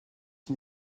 qui